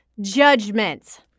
judgment